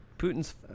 Putin's